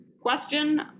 question